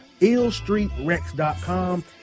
IllStreetRex.com